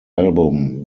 album